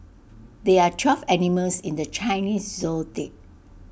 there are twelve animals in the Chinese